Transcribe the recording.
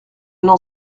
n’en